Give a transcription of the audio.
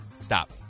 Stop